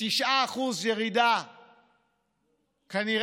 9% ירידה בתוצר,